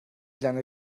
lange